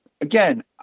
Again